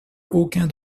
aucun